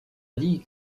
dit